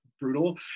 brutal